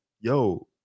yo